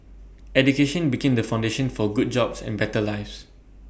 education became the foundation for good jobs and better lives